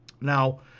Now